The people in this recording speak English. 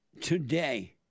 today